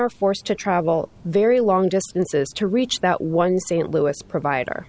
are forced to travel very long distances to reach that one st louis provider